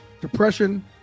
Depression